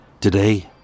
Today